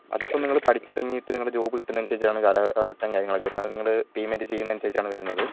അതിപ്പം നിങ്ങൾ പഠിച്ച് ഇറങ്ങിയിട്ട് നിങ്ങൾ ജോബ് കിട്ടുന്നത് അനുസരിച്ച് ആണ് കാലഘട്ടം കാര്യങ്ങളൊക്കെ വരുന്നത് അതു നിങ്ങൾ പേയ്മെൻ്റ് ചെയ്യുന്നത് അനുസരിച്ചാണ് വരുന്നത്